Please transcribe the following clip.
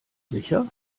sicher